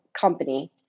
company